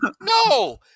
No